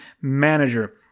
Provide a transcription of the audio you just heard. manager